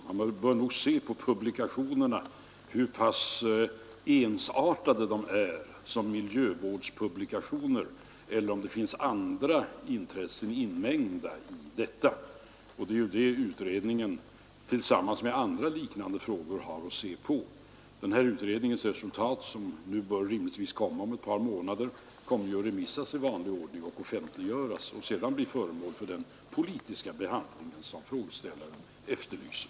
Man bör nog se på publikationerna — om de är ensartade som miljövårdspublikationer eller om det finns andra intressen inmängda. Det är ju detta som utredningen, tillsammans med andra liknande frågor, har att se på. Denna utrednings resultat, som rimligtvis bör komma om ett par månader, skall ju remissas i vanlig ordning, offentliggöras och sedan bli föremål för den politiska behandling som frågeställaren efterlyser.